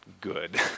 good